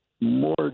more